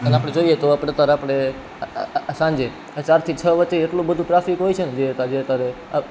અને આપણે જોઈએ તો તાર આપણે સાંજે ચારથી છ વચ્ચે એટલું બધું ટ્રાફિક હોય છે ને જે તારે જે અત્યારે